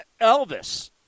Elvis –